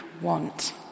want